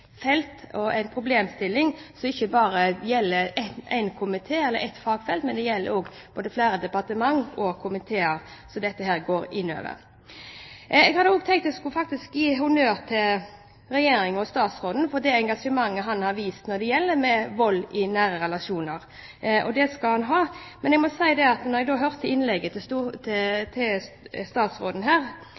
felt og en problemstilling som ikke bare gjelder én komité eller ett fagfelt, men flere departementer og komiteer. Jeg hadde også tenkt at jeg faktisk skulle gi honnør til Regjeringen og statsråden for det engasjementet han har vist når det gjelder vold i nære relasjoner – og det skal han ha. Men jeg må si at når jeg hørte innlegget til statsråden, gikk han mer til